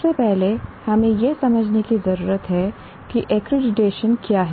सबसे पहले हमें यह समझने की जरूरत है कि एक्रीडिटेशन क्या है